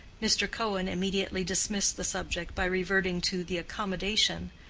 mr. cohen immediately dismissed the subject by reverting to the accommodation,